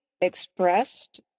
expressed